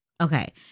Okay